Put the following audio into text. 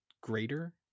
greater